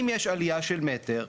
אם יש עלייה של מטר,